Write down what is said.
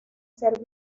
ser